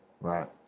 Right